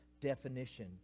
definition